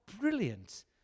brilliant